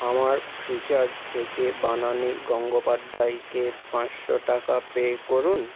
আমার ফ্রিচার্জ থেকে বনানি গঙ্গোপাধ্যায়কে পাঁসশো টাকা পে করুন